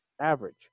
Average